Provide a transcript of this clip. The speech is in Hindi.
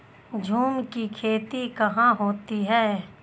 झूम की खेती कहाँ होती है?